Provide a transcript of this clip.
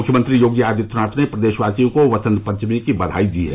मुख्यमंत्री योगी आदित्यनाथ ने प्रदेशवासियों को वसंत पचमी की बधाई दी है